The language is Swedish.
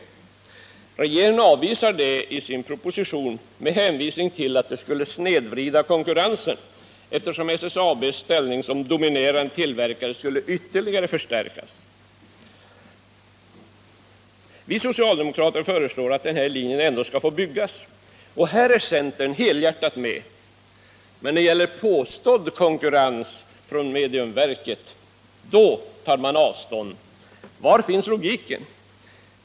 Regeringen avvisar detta i sin proposition med hänvisning till att det skulle snedvrida konkurrensen, eftersom SSAB:s ställning som dominerande tillverkare skulle ytterligare förstärkas. Vi socialdemokrater föreslår att denna linje ändå skall få byggas, och här är centern helhjärtat med. Men när det gäller påstådd konkurrens från Luleå tar man avstånd. Var finns logiken?